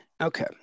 Okay